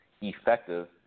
effective